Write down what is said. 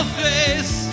face